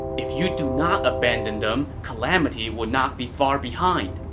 if you do not abandon them, calamity will not be far behind,